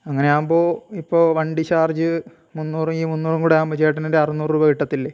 അങ്ങനെയാവുമ്പോൾ ഇപ്പോൾ വണ്ടി ചാർജ് മുന്നൂറ് എങ്കിൽ മുന്നൂറും കൂടെ ആകുമ്പോൾ ചേട്ടന് എൻ്റെ അറുനൂറ് രൂപ കിട്ടത്തില്ലേ